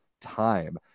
time